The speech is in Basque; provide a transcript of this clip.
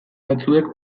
batzuek